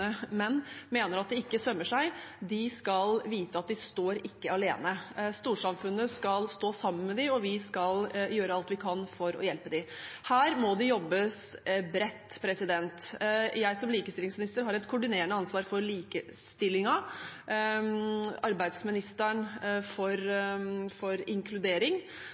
mener at det ikke sømmer seg, de skal vite at de ikke står alene. Storsamfunnet skal stå sammen med dem, og vi skal gjøre alt vi kan for å hjelpe dem. Her må det jobbes bredt. Jeg som likestillingsminister har et koordinerende ansvar for likestillingen, arbeidsministeren har det for inkludering.